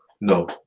No